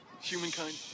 humankind